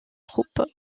troupes